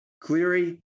Cleary